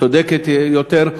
צודקת יותר,